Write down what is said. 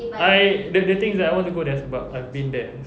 I the the thing is that I want to go there sebab I've been there